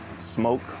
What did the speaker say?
smoke